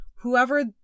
Whoever